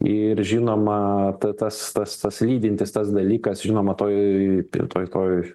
ir žinoma t tas tas tas lydintis tas dalykas žinoma toj toj toj